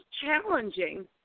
challenging